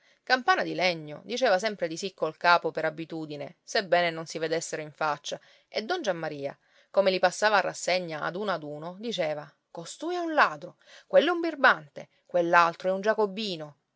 campana di legno diceva sempre di sì col capo per abitudine sebbene non si vedessero in faccia e don giammaria come li passava a rassegna ad uno ad uno diceva costui è un ladro quello è un birbante quell'altro è un giacobino